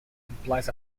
implies